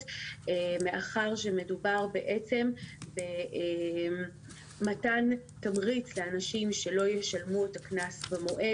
מאחר שמדובר בעצם במתן תמריץ לאנשים שלא ישלמו את הקנס במועד.